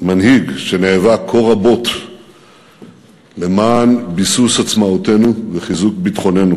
מנהיג שנאבק כה רבות למען ביסוס עצמאותנו וחיזוק ביטחוננו.